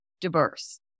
diverse